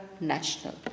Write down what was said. national